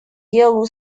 делу